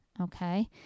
Okay